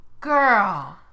Girl